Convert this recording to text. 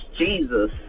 Jesus